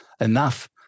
enough